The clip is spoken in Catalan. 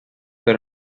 per